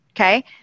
okay